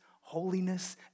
holiness